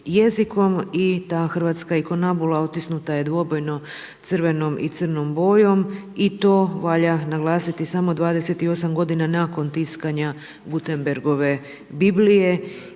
i ta hrvatska inkunabula otisnuta je dvobojno crveno i crnom bojom i to valja naglasiti samo 28 godina nakon tiskanja Gutenbergove Biblije